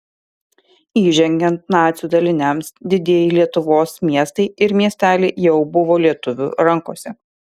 įžengiant nacių daliniams didieji lietuvos miestai ir miesteliai jau buvo lietuvių rankose